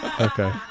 Okay